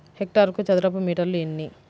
హెక్టారుకు చదరపు మీటర్లు ఎన్ని?